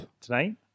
Tonight